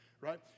Right